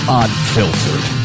unfiltered